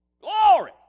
Glory